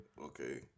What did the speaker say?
Okay